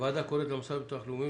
הוועדה קוראת למוסד לביטוח לאומי,